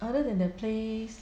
other than that place